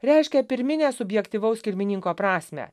reiškia pirminę subjektyvaus kilmininko prasmę